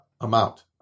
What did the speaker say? amount